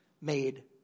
made